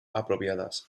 apropiadas